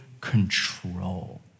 control